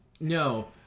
no